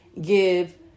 give